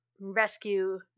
rescue